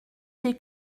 des